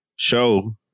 Show